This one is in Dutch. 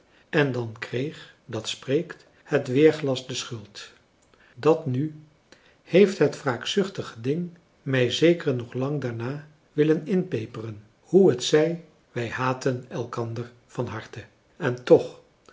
en dan kreeg dat spreekt het weerglas de schuld dat nu heeft het wraakzuchtige ding mij zeker nog lang daarna willen inpeperen hoe het zij wij haatten elkander van harte en toch